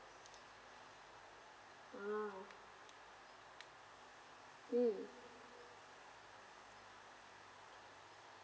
uh mm